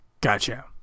Gotcha